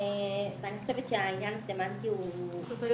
ואני חושבת שהעניין הסמנטי הוא חשוב.